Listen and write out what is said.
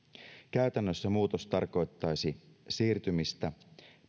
käytännössä muutos tarkoittaisi siirtymistä